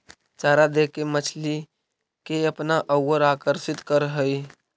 चारा देके मछली के अपना औउर आकर्षित करऽ हई